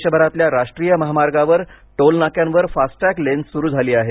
देशभरातल्या राष्ट्रीय महामार्गावरील टोलनाक्यांवर फास्टटॅग लेन सुरू झाली आहे